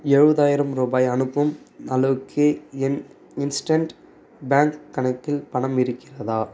எழுவதாயிரம் ரூபாய் அனுப்பும் அளவுக்கு என் இன்ஸ்டண்ட் பேங்க் கணக்கில் பணம் இருக்கிறதா